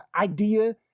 idea